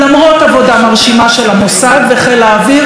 למרות עבודה מרשימה של המוסד וחיל האוויר,